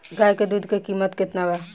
गाय के दूध के कीमत केतना बा?